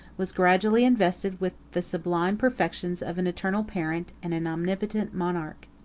was gradually invested with the sublime perfections of an eternal parent, and an omnipotent monarch.